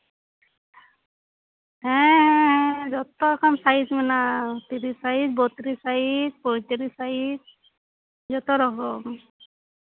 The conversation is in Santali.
ᱦᱮᱸ ᱦᱮᱸ ᱦᱮᱸ ᱡᱚᱛᱚ ᱨᱚᱠᱚᱢ ᱥᱟᱭᱤᱡ ᱢᱮᱱᱟᱜᱼᱟ ᱯᱮ ᱜᱮᱞ ᱥᱟᱭᱤᱡ ᱯᱮ ᱜᱮᱞ ᱵᱟᱨ ᱯᱮ ᱜᱮᱞ ᱢᱚᱬᱮ ᱥᱟᱭᱤᱡ ᱡᱚᱛᱚ ᱨᱚᱠᱚᱢ